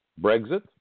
Brexit